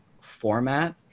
format